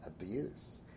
abuse